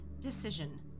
decision